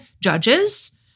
judges